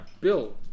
Bill